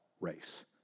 race